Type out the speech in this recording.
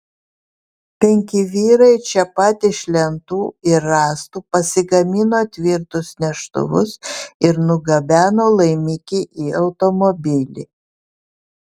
penki vyrai čia pat iš lentų ir rąstų pasigamino tvirtus neštuvus ir nugabeno laimikį į automobilį